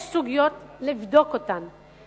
יש סוגיות שצריך לבדוק אותן.